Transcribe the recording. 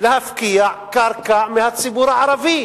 להפקיע קרקע מהציבור הערבי.